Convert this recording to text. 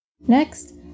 Next